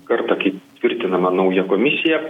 kartą kai tvirtinama nauja komisija